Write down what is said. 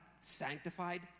sanctified